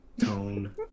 tone